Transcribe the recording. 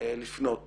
לפנות